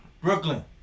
Brooklyn